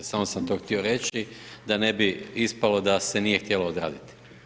Samo sam to htio reći, da ne bi ispalo da se nije htjelo odraditi.